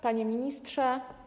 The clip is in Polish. Panie Ministrze!